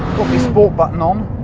the sport button um